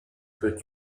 peut